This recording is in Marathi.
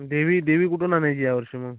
देवी देवी कुठून आणायची यावर्षी मग